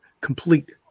complete